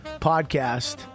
Podcast